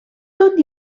tot